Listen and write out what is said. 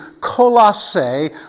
Colossae